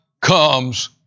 comes